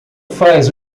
faz